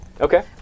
Okay